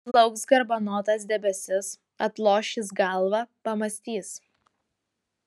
plauks garbanotas debesis atloš jis galvą pamąstys